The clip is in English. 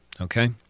Okay